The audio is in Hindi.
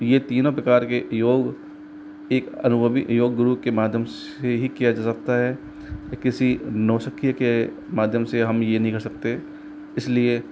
यह तीनों प्रकार के योग एक अनुभवी योग गुरु के माध्यम से ही किया जा सकता है किसी नौसीखिये के माध्यम से हम यह नहीं कर सकते इसलिए